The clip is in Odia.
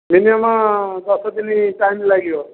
ମିନିମମ୍ ଦଶ ଦିନ ଟାଇମ୍ ଲାଗିବ